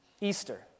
Easter